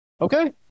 okay